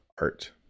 art